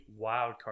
wildcard